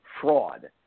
fraud